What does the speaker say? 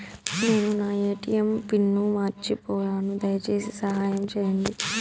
నేను నా ATM pin మర్చిపోయాను, దయచేసి సహాయం చేయండి